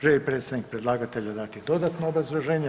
Želi li predstavnik predlagatelje dati dodatno obrazloženje?